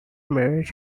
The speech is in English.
marriages